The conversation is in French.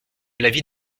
l’avis